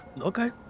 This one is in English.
Okay